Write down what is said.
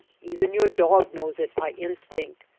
even your dog knows it by in stinct.